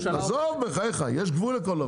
עזוב, בחייך, יש גבול לכל דבר.